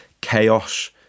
Chaos